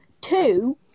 Two